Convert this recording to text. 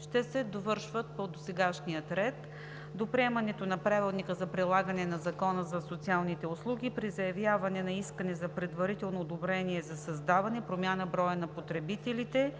ще се довършат по досегашния ред. До приемането на Правилника за прилагане на Закона за социалните услуги при заявяване на искане за предварително одобрение за създаване, промяна броя на потребителите